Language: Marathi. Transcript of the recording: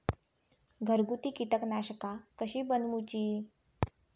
घरगुती कीटकनाशका कशी बनवूची?